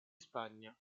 spagna